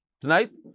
tonight